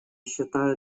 считаю